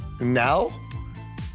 Now